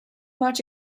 much